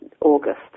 August